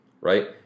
right